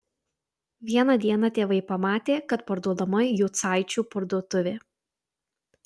vieną dieną tėvai pamatė kad parduodama jucaičių parduotuvė